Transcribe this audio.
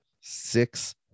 six